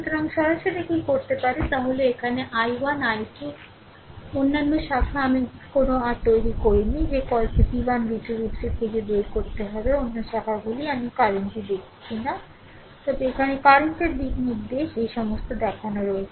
সুতরাং সরাসরি কী করতে পারে তা হল এখানে i1 i 2 টি অন্যান্য শাখা আমি কোনও r তৈরি করিনি যে কলটি v1 v2 v3 খুঁজে বের করতে হবে অন্য শাখাগুলি আমি কারেন্ট টি দেখিয়েছি না তবে এখানে কারেন্টের দিকনির্দেশ এই সমস্ত দেখানো হয়েছে